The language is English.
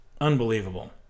Unbelievable